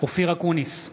אופיר אקוניס,